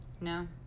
No